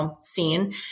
scene